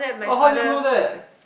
oh how do you know that